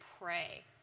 pray